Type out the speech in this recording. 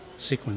sequence